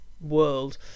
world